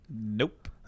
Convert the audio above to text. Nope